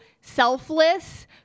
selfless